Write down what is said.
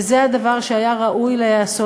וזה הדבר שהיה ראוי להיעשות,